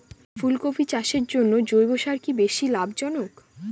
ফুলকপি চাষের জন্য জৈব সার কি বেশী লাভজনক?